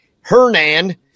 Hernan